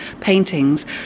paintings